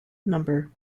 number